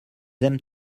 aiment